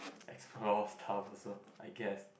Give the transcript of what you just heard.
explore stuff also I guess